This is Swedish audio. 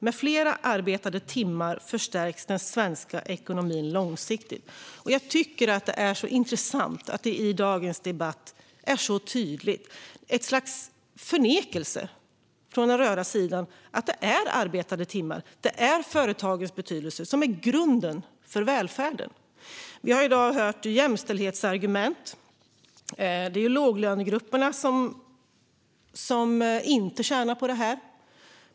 Med fler arbetade timmar förstärks den svenska ekonomin långsiktigt. Det är intressant att vi i dagens debatt så tydligt ser ett slags förnekelse från den röda sidan av att det är arbetade timmar och företagen som är grunden för välfärden. Vi har i dag hört jämställdhetsargument: Det är låglönegrupperna som inte tjänar på detta.